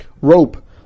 rope